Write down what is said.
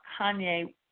Kanye